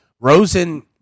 Rosen